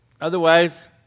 Otherwise